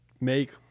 make